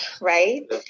right